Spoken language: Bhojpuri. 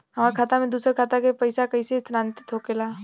हमार खाता में दूसर खाता से पइसा कइसे स्थानांतरित होखे ला?